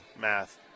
math